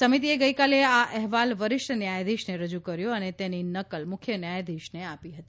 સમિતિએ ગઇકાલે આ અહેવાલ વરિષ્ઠ ન્યાયાધીશને રજુ કર્યો અને તેની નકલ મુખ્ય ન્યાયાધીશને આપી હતી